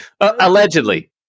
Allegedly